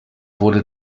wurde